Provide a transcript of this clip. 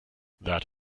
that